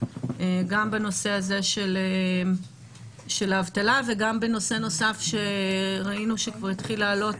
גם בנושא הזה של האבטלה וגם בנושא נוסף שראינו שכבר התחיל לעלות,